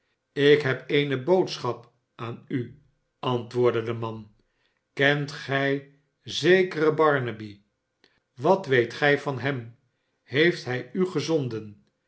ik heb eene boodschap aan u antwoordde de man kent gij zekeren barnaby wat weet gii van hem heeft hij u gezonden